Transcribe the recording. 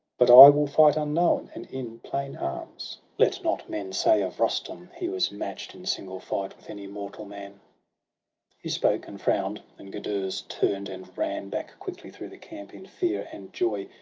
but i will fight unknown, and in plain arms let not men say of rustum, he was match'd in single fight with any mortal man he spoke, and frown'd and gudurz turn'd, and ran back quickly through the camp in fear and joy.